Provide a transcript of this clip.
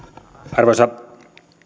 arvoisa